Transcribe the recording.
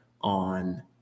on